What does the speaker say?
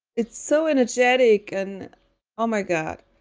it's so energetic and oh my god.